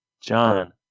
John